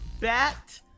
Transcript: bat